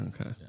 Okay